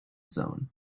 zone